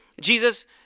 Jesus